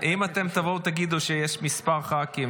אם אתם תבואו ותגידו שיש כמה ח"כים,